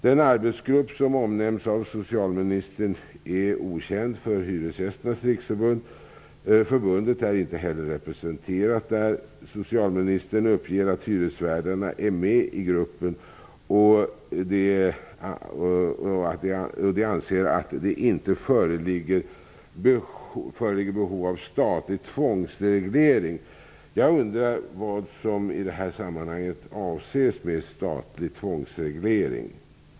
Den arbetsgrupp som omnämns av socialministern är okänd för Hyresgästernas riksförbund. Förbundet är inte heller representerat där. Socialministern uppger att hyresvärdarna är med i gruppen och att de anser att det inte föreligger behov av statlig tvångsreglering. Jag undrar vad som i det här sammanhanget avses med statlig tvångsreglering.